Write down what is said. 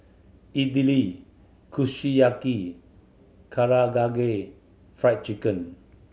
Idili Kushiyaki Karagagay Fried Chicken